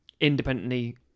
independently